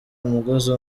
umugozi